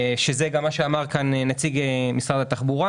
שזה גם מה שאמר כאן נציג משרד התחבורה.